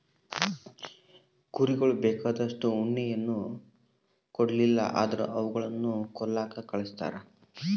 ಕುರಿಗಳು ಬೇಕಾದಷ್ಟು ಉಣ್ಣೆಯನ್ನ ಕೊಡ್ಲಿಲ್ಲ ಅಂದ್ರ ಅವುಗಳನ್ನ ಕೊಲ್ಲಕ ಕಳಿಸ್ತಾರ